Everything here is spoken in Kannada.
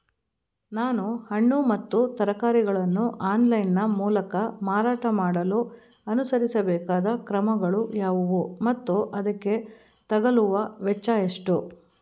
ನಾನು ಹಣ್ಣು ಮತ್ತು ತರಕಾರಿಗಳನ್ನು ಆನ್ಲೈನ ಮೂಲಕ ಮಾರಾಟ ಮಾಡಲು ಅನುಸರಿಸಬೇಕಾದ ಕ್ರಮಗಳು ಯಾವುವು ಮತ್ತು ಅದಕ್ಕೆ ತಗಲುವ ವೆಚ್ಚ ಎಷ್ಟು?